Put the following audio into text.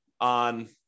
on